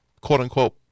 quote-unquote